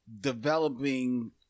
developing